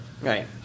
Right